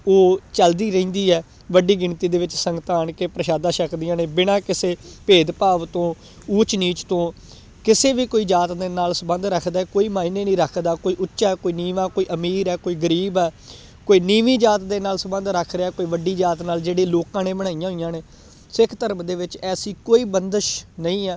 ਉਹ ਚੱਲਦੀ ਰਹਿੰਦੀ ਹੈ ਵੱਡੀ ਗਿਣਤੀ ਦੇ ਵਿੱਚ ਸੰਗਤਾਂ ਆਣ ਕੇ ਪ੍ਰਸ਼ਾਦਾ ਛਕਦੀਆਂ ਨੇ ਬਿਨਾਂ ਕਿਸੇ ਭੇਦ ਭਾਵ ਤੋਂ ਊਚ ਨੀਚ ਤੋਂ ਕਿਸੇ ਵੀ ਕੋਈ ਜਾਤ ਦੇ ਨਾਲ ਸੰਬੰਧ ਰੱਖਦਾ ਕੋਈ ਮਾਇਨੇ ਨਹੀਂ ਰੱਖਦਾ ਕੋਈ ਉੱਚਾ ਕੋਈ ਨੀਵਾਂ ਕੋਈ ਅਮੀਰ ਹੈ ਕੋਈ ਗਰੀਬ ਹੈ ਕੋਈ ਨੀਵੀਂ ਜਾਤ ਦੇ ਨਾਲ ਸੰਬੰਧ ਰੱਖ ਰਿਹਾ ਕੋਈ ਵੱਡੀ ਜਾਤ ਨਾਲ ਜਿਹੜੇ ਲੋਕਾਂ ਨੇ ਬਣਾਈਆਂ ਹੋਈਆਂ ਨੇ ਸਿੱਖ ਧਰਮ ਦੇ ਵਿੱਚ ਐਸੀ ਕੋਈ ਬੰਦਿਸ਼ ਨਹੀਂ ਆ